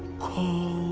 called